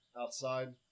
outside